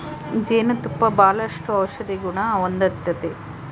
ಜೇನು ತುಪ್ಪ ಬಾಳಷ್ಟು ಔಷದಿಗುಣ ಹೊಂದತತೆ